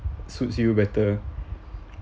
suits you better